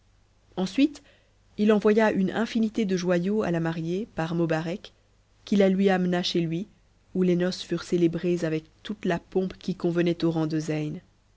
ensuite il envoya une infinité de joyaux à ta mariée par mobarec qui la lui amena chez lui où les noces furent cë ëbrées avec toute la pompe qui convenait au rang de zeyn